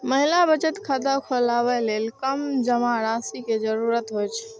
महिला बचत खाता खोलबै लेल कम जमा राशि के जरूरत होइ छै